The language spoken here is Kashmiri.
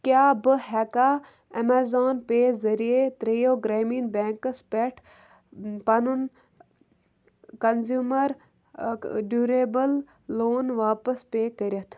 کیٛاہ بہٕ ہٮ۪کا اَمیزان پے ذٔریعہٕ ترٛیٚیو گرٛامیٖن بٮ۪نٛکَس پٮ۪ٹھ پَنُن کنزیوٗمَر ڈیوٗریبٕل لون واپس پے کٔرِتھ